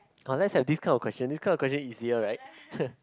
orh let's have this kind of question this kind of question easier right